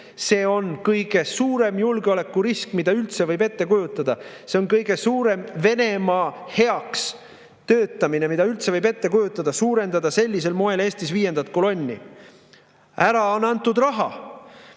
See on kõige suurem julgeolekurisk, mida üldse võib ette kujutada. See on kõige suurem Venemaa heaks töötamine, mida üldse võib ette kujutada – suurendada sellisel moel Eestis viiendat kolonni. Ära on antud raha.